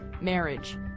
marriage